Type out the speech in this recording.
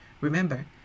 Remember